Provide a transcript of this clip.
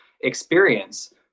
experience